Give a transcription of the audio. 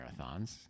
marathons